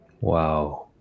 Wow